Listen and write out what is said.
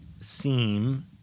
seem